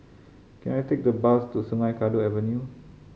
can I take a bus to Sungei Kadut Avenue